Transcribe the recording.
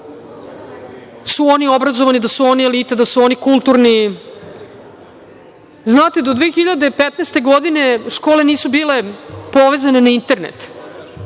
su oni obrazovani, da su oni elita, da su oni kulturni, znate, do 2015. godine škole nisu bile povezane na internet,